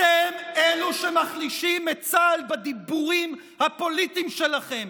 אתם אלה שמחלישים את צה"ל בדיבורים הפוליטיים שלכם,